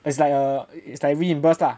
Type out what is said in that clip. it's like a it's like reimbursed lah